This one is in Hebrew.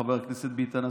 חבר הכנסת ביטן,